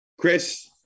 Chris